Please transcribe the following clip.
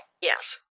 Yes